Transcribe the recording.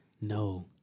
No